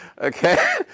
okay